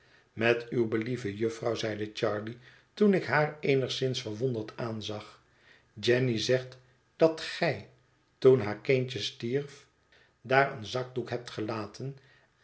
met uw believen jufvrouw zeide charley toen ik haar eenigszins verwonderd aanzag jenny zegt dat gij toen haar kindje stierf daar een zakdoek hebt gelaten